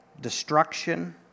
destruction